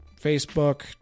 Facebook